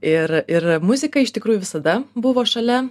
ir ir muzika iš tikrųjų visada buvo šalia